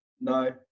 No